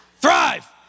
Thrive